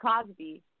Cosby